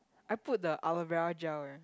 I put the aloe vera gel leh